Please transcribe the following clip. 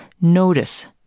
Notice